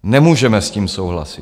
Nemůžeme s tím souhlasit.